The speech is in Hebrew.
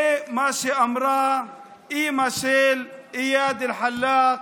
זה מה שאמרה אימא של איאד אלחלאק,